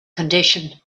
condition